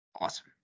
Awesome